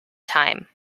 time